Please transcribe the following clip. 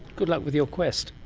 good luck with your quest.